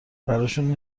براشون